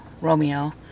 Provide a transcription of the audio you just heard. romeo